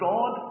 God